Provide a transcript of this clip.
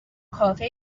کافه